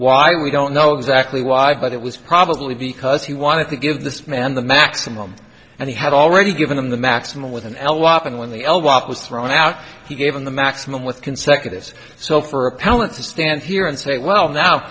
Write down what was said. why we don't know exactly why but it was probably because he wanted to give this man the maximum and he had already given him the maximum with an l wop and when the l wop was thrown out he gave him the maximum with consecutive so for appellant to stand here and say well now